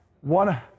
one